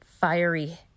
fiery